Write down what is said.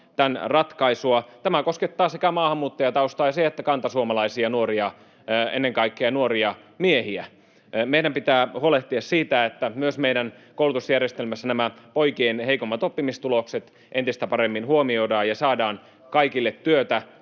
Tämä koskettaa sekä maahanmuuttajataustaisia että kantasuomalaisia nuoria, ennen kaikkea nuoria miehiä. Meidän pitää huolehtia siitä, että myös meidän koulutusjärjestelmässä poikien heikommat oppimistulokset entistä paremmin huomioidaan ja saadaan kaikille työtä